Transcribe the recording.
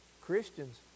Christians